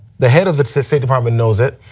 the head of the state department knows it,